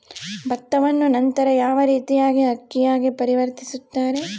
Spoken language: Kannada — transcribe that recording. ಭತ್ತವನ್ನ ನಂತರ ಯಾವ ರೇತಿಯಾಗಿ ಅಕ್ಕಿಯಾಗಿ ಪರಿವರ್ತಿಸುತ್ತಾರೆ?